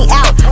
out